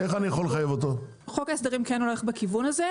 אז חוק ההסדרים כן הולך בכיוון הזה,